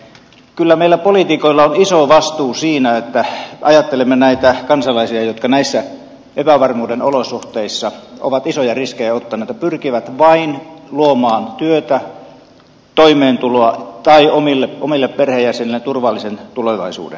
kyllä meillä poliitikoilla on iso vastuu siinä että ajattelemme näitä kansalaisia jotka näissä epävarmuuden olosuhteissa ovat isoja riskejä ottaneet ja pyrkivät vain luomaan työtä toimeentuloa tai omille perheenjäsenilleen turvallisen tulevaisuuden